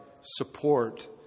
support